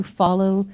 follow